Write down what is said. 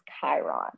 chiron